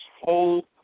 whole